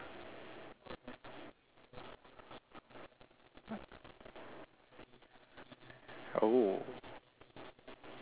oh